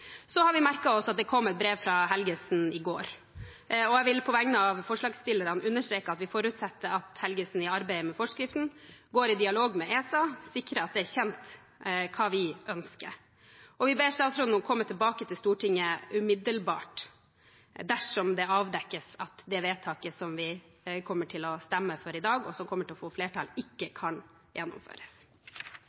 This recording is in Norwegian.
Så har vi merket oss at det kom et brev fra Helgesen i går, og jeg vil på vegne av forslagsstillerne understreke at vi forutsetter at Helgesen i arbeidet med forskriften går i dialog med ESA og sikrer at det er kjent hva vi ønsker. Vi ber statsråden om å komme tilbake til Stortinget umiddelbart dersom det avdekkes at det forslaget til vedtak som vi kommer til å stemme for i dag, og som kommer til å få flertall, ikke kan gjennomføres.